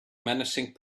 menacing